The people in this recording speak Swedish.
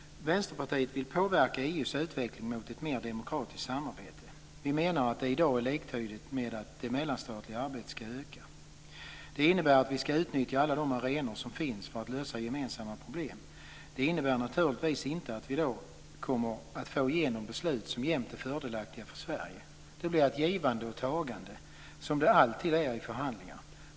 Vänsterpartiet vill påverka EU:s utveckling mot ett mer demokratiskt samarbete. Vi menar att det i dag är liktydigt med att det mellanstatliga arbetet ska öka. Det innebär att vi ska utnyttja alla de arenor som finns för att lösa gemensamma problem. Det innebär naturligtvis inte att vi då kommer att få igenom beslut som jämt är fördelaktiga för Sverige. Det blir ett givande och tagande, som det alltid är i förhandlingar.